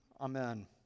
Amen